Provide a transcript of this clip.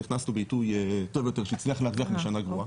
נכנסנו בעיתוי טוב יותר שהצליח להרוויח בשנה גרועה.